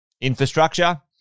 infrastructure